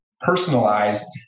personalized